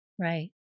right